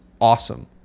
awesome